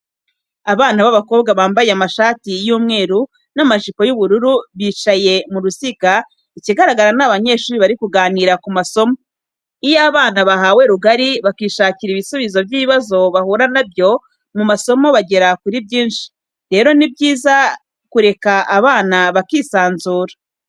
Abana b'abakobwa bambaye amashati y'umweru n'amajipo y'ubururu bicaye mu ruziga, ikigaragara ni abanyeshuri bari kuganira ku masomo. Iyo abana bahawe rugari bakishakira ibisubizo by'ibibazo bahura nabyo mu masomo bagera kuri byinshi, rero ni byiza kureka abana bakisanzura.